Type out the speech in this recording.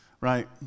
right